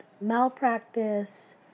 malpractice